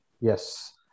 Yes